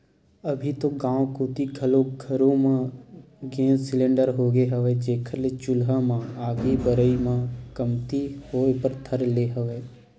अभी तो गाँव कोती घलोक घरो घर गेंस सिलेंडर होगे हवय, जेखर ले चूल्हा म आगी बरई ह कमती होय बर धर ले हवय